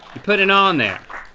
you put it on there.